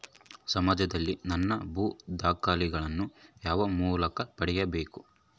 ಸಮಾಜದಲ್ಲಿ ನನ್ನ ಭೂ ದಾಖಲೆಗಳನ್ನು ಯಾವ ಮೂಲಕ ಪಡೆಯಬೇಕು?